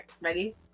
Ready